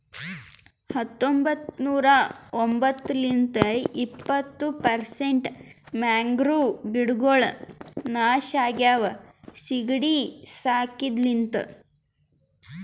ಹತೊಂಬತ್ತ ನೂರಾ ಎಂಬತ್ತು ಲಿಂತ್ ಇಪ್ಪತ್ತು ಪರ್ಸೆಂಟ್ ಮ್ಯಾಂಗ್ರೋವ್ ಕಾಡ್ಗೊಳ್ ನಾಶ ಆಗ್ಯಾವ ಸೀಗಿಡಿ ಸಾಕಿದ ಲಿಂತ್